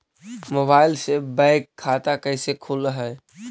Mobile से bank खाता कैसे खुल है?